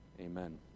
Amen